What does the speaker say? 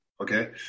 Okay